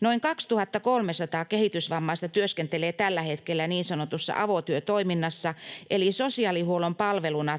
Noin 2 300 kehitysvammaista työskentelee tällä hetkellä niin sanotussa avotyötoiminnassa eli sosiaalihuollon palveluna